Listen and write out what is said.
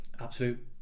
absolute